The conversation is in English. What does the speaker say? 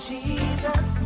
Jesus